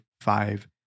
five